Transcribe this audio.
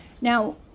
now